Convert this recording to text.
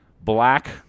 black